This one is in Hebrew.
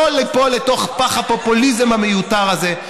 ליפול לתוך פח הפופוליזם המיותר הזה.